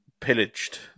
pillaged